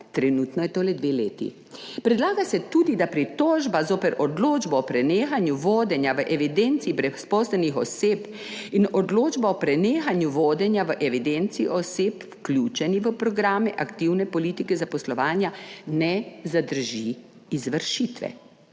trenutno je to le dve leti. Predlaga se tudi, da pritožba zoper odločbo o prenehanju vodenja v evidenci brezposelnih oseb in odločbo o prenehanju vodenja v evidenci oseb, vključenih v programe aktivne politike zaposlovanja, ne zadrži izvršitve.